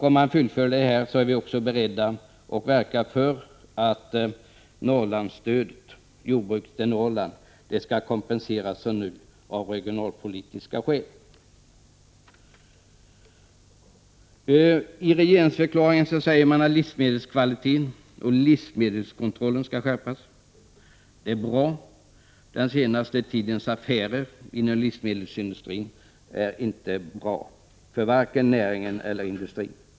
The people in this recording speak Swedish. I så fall är vi också beredda att verka för att ett fortsatt stöd till jordbruket i Norrland skall kompenseras av regionalpolitiska skäl. I regeringsförklaringen sägs att livsmedelskvalitet och livsmedelskontroll skall skärpas. Det är bra. Den senaste tidens affärer inom livsmedelsindustrin är inte bra för vare sig näring eller industri.